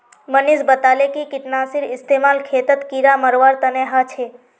मनीष बताले कि कीटनाशीर इस्तेमाल खेतत कीड़ा मारवार तने ह छे